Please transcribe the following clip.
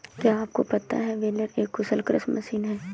क्या आपको पता है बेलर एक कुशल कृषि मशीन है?